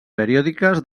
periòdiques